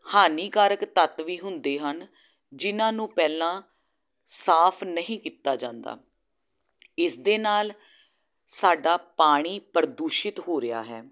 ਹਾਨੀਕਾਰਕ ਤੱਤ ਵੀ ਹੁੰਦੇ ਹਨ ਜਿਹਨਾਂ ਨੂੰ ਪਹਿਲਾਂ ਸਾਫ਼ ਨਹੀਂ ਕੀਤਾ ਜਾਂਦਾ ਇਸ ਦੇ ਨਾਲ ਸਾਡਾ ਪਾਣੀ ਪ੍ਰਦੂਸ਼ਿਤ ਹੋ ਰਿਹਾ ਹੈ